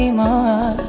more